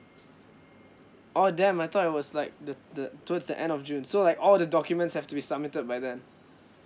oh damn I thought it was like the the towards the end of june so like all the documents have to be submitted by then